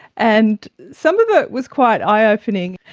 and some of it was quite eye ah opening,